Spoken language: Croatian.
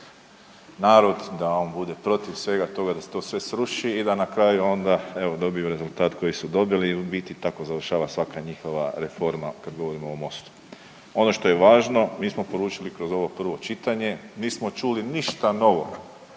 narod da on bude protiv svega toga, da se to sve sruši i da na kraju onda evo dobili rezultat koji su dobili i u biti tako završava svaka njihova reforma kada govorimo o Mostu. Ono što je važno, mi smo poručili kroz ovo prvo čitanje nismo čuli ništa novo,